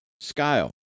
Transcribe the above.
Scale